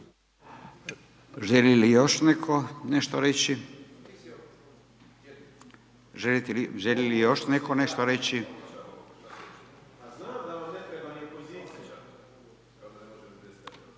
Želi li još netko nešto reći?